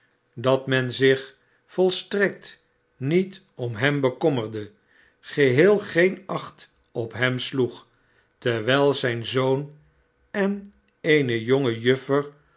dat men zich volstrekt niet om hem bekommerde geheel geen acht op hem sloeg terwijl zijn zoon en eene jonge juffer